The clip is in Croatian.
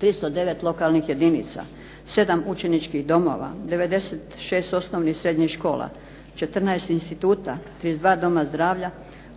309 lokalnih jedinica, 7 učeničkih domova, 96 osnovnih i srednjih škola, 14 instituta, 32 doma zdravlja,